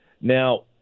Now